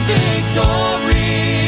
victory